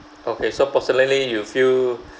okay so personally you feel